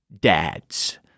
dads